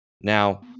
Now